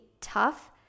tough